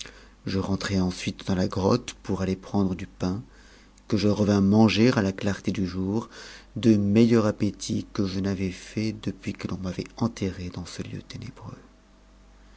je rentrai ensuite dans la grotte pour aller prendre du pain que je revins manger a la clarté du jour de meilleur appétit que je n'avais ii depuis que l'on m'avait enterré dans ce lieu ténébreux